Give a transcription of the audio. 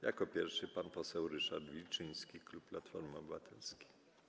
Jako pierwszy pan poseł Ryszard Wilczyński, klub Platforma Obywatelska.